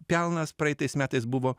pelnas praeitais metais buvo